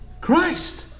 Christ